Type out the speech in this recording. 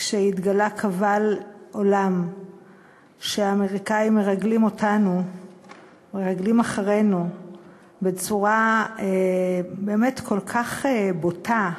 כשהתגלה קבל עולם שהאמריקנים מרגלים אחרינו בצורה באמת כל כך בוטה,